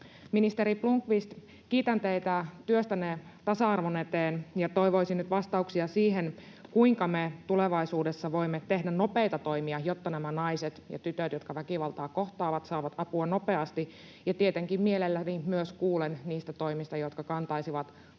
Ministeri Blomqvist, kiitän teitä työstänne tasa-arvon eteen, ja toivoisin nyt vastauksia siihen, kuinka me tulevaisuudessa voimme tehdä nopeita toimia, jotta naiset ja tytöt, jotka väkivaltaa kohtaavat, saavat apua nopeasti. Tietenkin mielelläni kuulen myös niistä toimista, jotka kantaisivat vuosien